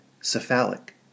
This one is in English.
cephalic